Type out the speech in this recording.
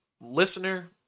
listener